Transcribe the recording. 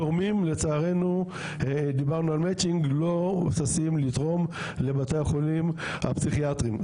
תורמים לצערנו לא ששים לתרום לבתי החולים הפסיכיאטרים.